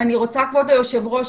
כבוד היושב ראש,